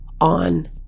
on